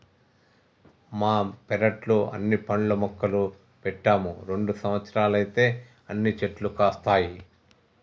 మా పెరట్లో అన్ని పండ్ల మొక్కలు పెట్టాము రెండు సంవత్సరాలైతే అన్ని చెట్లు కాస్తాయి